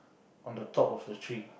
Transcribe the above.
on the top of the tree